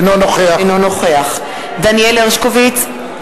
אינו נוכח דניאל הרשקוביץ,